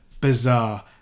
bizarre